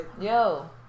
Yo